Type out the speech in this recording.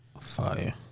Fire